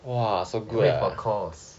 wait for course